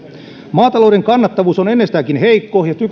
maatalouden kannattavuus on ennestäänkin heikko ja